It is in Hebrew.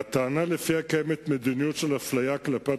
הטענה שלפיה קיימת מדיניות של אפליה כלפי